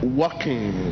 working